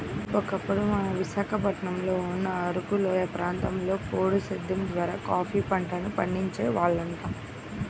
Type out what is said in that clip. ఒకప్పుడు మన విశాఖపట్నంలో ఉన్న అరకులోయ ప్రాంతంలో పోడు సేద్దెం ద్వారా కాపీ పంటను పండించే వాళ్లంట